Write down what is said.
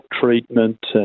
treatment